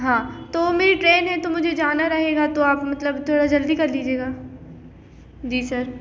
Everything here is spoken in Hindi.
हाँ तो मेरी ट्रेन है तो मुझे जाना रहेगा तो आप मतलब थोड़ा जल्दी कर लीजिएगा जी सर